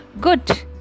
good